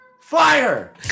Fire